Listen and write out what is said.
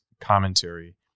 commentary